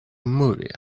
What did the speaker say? movie